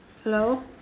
hello